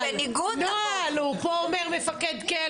הם פועלים בניגוד לחוק.